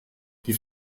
die